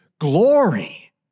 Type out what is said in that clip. glory